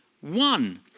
One